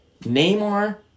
Neymar